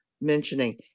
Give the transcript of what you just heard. mentioning